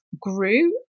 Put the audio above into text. grew